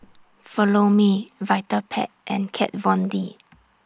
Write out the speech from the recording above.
Follow Me Vitapet and Kat Von D